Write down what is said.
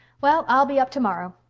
well, i'll be up tomorrow.